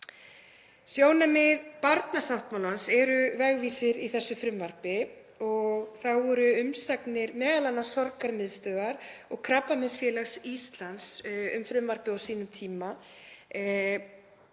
Sjónarmið barnasáttmálans eru vegvísir í þessu frumvarpi og voru umsagnir m.a. Sorgarmiðstöðvar og Krabbameinsfélags Íslands um frumvarpið á sínum tíma